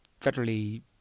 federally